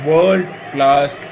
World-class